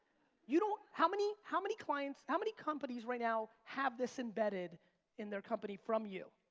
you don't, how many how many clients, how many companies right now have this embedded in their company from you?